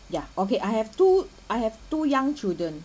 yeah okay I have two I have two young children